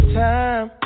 time